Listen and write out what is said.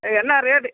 இது என்ன ரேட்டு